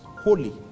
Holy